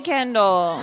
Kendall